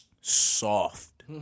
soft